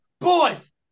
Boys